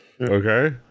Okay